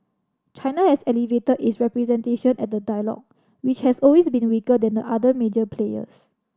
China has elevated its representation at the dialogue which has always been weaker than the other major players